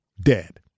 dead